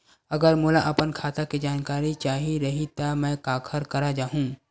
अगर मोला अपन खाता के जानकारी चाही रहि त मैं काखर करा जाहु?